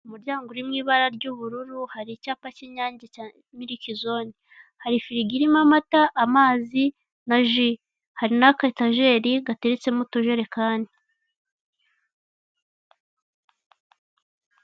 Umuryango uri mu ibara ry'ubururu hari icyapa cy'Inyange cya milki zone, hari firigo irimo amata, amazi na ji, hari n'akayetajeri gateretsemo utujerekani.